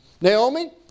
Naomi